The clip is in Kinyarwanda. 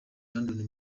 london